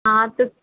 हाँ तो